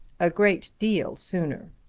a great deal sooner,